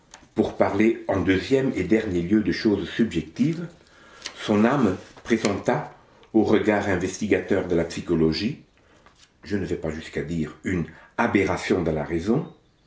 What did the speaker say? pour parler en deuxième et dernier lieu de choses subjectives son âme présenta au regard investigateur de la psychologie je ne vais pas jusqu'à dire une aberration de la raison